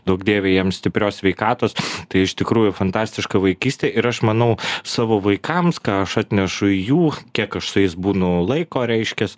duok dieve jiems stiprios sveikatos tai iš tikrųjų fantastiška vaikystė ir aš manau savo vaikams ką aš atnešu į jų kiek aš su jais būnu laiko reiškias